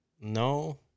No